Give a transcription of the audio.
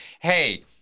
hey